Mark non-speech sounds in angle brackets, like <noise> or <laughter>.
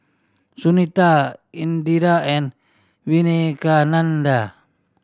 Sunita Indira and <unintelligible>